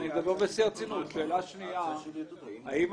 אני מדבר בשיא הרצינות.